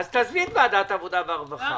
אז תעזבי את ועדת העבודה והרווחה,